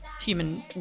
human